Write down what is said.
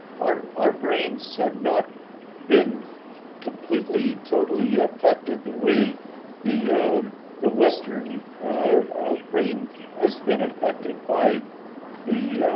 our our brains have not been completely, totally affected the way the the western brain has been affected by the